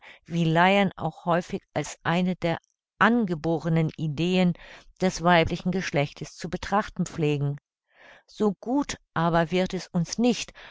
wie laien auch häufig als eine der angeborenen ideen des weiblichen geschlechts zu betrachten pflegen so gut aber wird es uns nicht